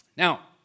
Now